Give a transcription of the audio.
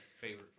favorite